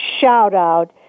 shout-out